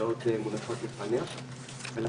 לא יו"ר המועצה ולא סגן היו"ר.